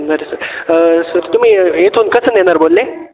बरं sir sir तुम्ही येथून कसं नेणार बोलले